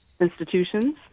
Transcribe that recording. institutions